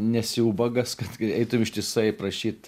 nesi ubagas kad eitum ištisai prašyt